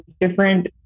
different